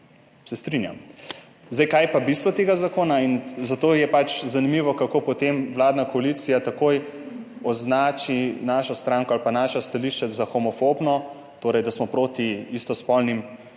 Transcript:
Se strinjam. Kaj je pa bistvo tega zakona? Zato je pač zanimivo, kako potem vladna koalicija takoj označi našo stranko ali pa naša stališča za homofobna, torej da smo proti istospolnim